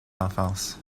enfance